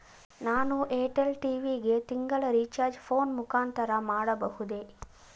ನಾನು Airtel TV ಗೆ ತಿಂಗಳ ರಿಚಾರ್ಜ್ ಫೋನ್ ಮುಖಾಂತರ ಮಾಡಬಹುದೇ?